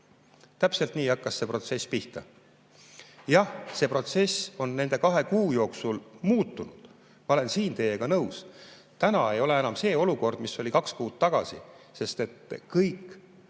Täpselt nii hakkas see protsess pihta. Jah, see protsess on nende kahe kuu jooksul muutunud. Ma olen siin teiega nõus. Täna ei ole enam see olukord, mis oli kaks kuud tagasi, sest kõik